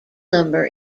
number